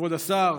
כבוד השר,